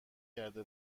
کرده